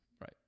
right